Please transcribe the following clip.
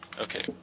Okay